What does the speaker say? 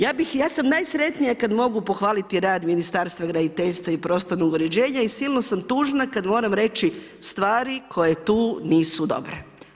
Ja sam najsretnija kad mogu pohvaliti rad Ministarstva graditeljstva i prostornog uređenja i silno sam tužna kad moram reći stvari koje tu nisu dobre.